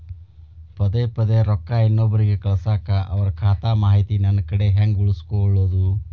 ಪದೆ ಪದೇ ರೊಕ್ಕ ಇನ್ನೊಬ್ರಿಗೆ ಕಳಸಾಕ್ ಅವರ ಖಾತಾ ಮಾಹಿತಿ ನನ್ನ ಕಡೆ ಹೆಂಗ್ ಉಳಿಸಿಕೊಳ್ಳೋದು?